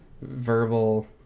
Verbal